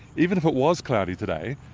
even if it was cloudy today,